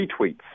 retweets